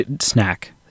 snack